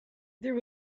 there